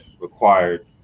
required